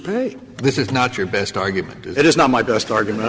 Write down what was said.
pay this is not your best argument it is not my best argument